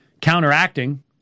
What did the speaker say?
counteracting